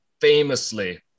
famously